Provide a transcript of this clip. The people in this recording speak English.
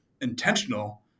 intentional